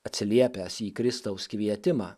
atsiliepęs į kristaus kvietimą